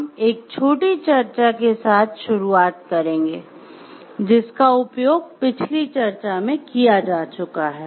हम एक छोटी चर्चा के साथ शुरूआत करेंगे जिसका उपयोग पिछली चर्चा में किया जा चुका है